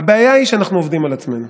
הבעיה היא שאנחנו עובדים על עצמנו.